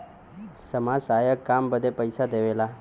समाज सहायक काम बदे पइसा देवेला